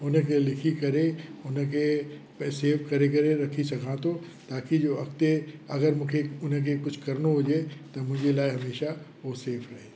उन खे लिखी करे उन खे पै सेव करे करे रखी सघां थो ताकी जो अॻिते अगरि मूंखे उन खे कुझु करिणो हुजे त मुंहिंजे लाइ हमेशह हो सेव रहे